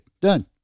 Done